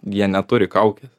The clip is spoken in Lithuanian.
jie neturi kaukės